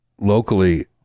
locally